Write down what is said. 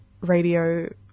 radio